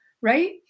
right